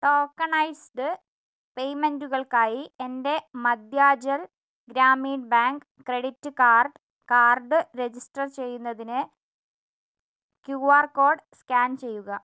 tokenised പേയ്മെൻ്റുകൾക്കായി എൻ്റെ Madhyanchal Gramin bank credit car card register ചെയ്യുന്നതിന് ക്യു ആർ കോഡ് സ്കാൻ ചെയ്യുക